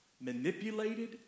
manipulated